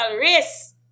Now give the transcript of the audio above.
race